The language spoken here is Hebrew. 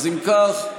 אם כך,